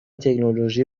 تکنولوژی